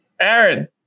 Aaron